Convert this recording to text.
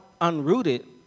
unrooted